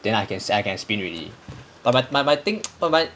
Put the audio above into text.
then I can say I can spin already but my my thing but my